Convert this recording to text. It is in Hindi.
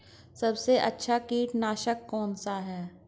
सबसे अच्छा कीटनाशक कौन सा है?